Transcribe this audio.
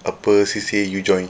apa C_C_A you join